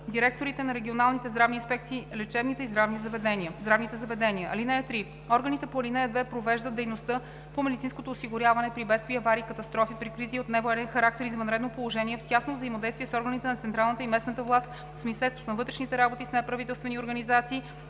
директорите на регионалните здравни инспекции, лечебните и здравните заведения. (3) Органите по ал. 2 провеждат дейността по медицинското осигуряване при бедствия, аварии и катастрофи, при кризи от невоенен характер и извънредно положение в тясно взаимодействие с органите на централната и местната власт, с Министерството на вътрешните работи, с неправителствени организации